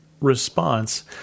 response